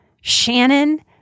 shannon